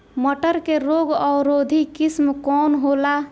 मटर के रोग अवरोधी किस्म कौन होला?